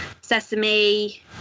sesame